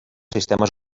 sistemes